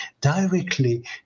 directly